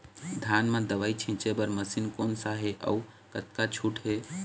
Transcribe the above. धान म दवई छींचे बर मशीन कोन सा हे अउ कतका छूट हे?